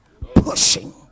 pushing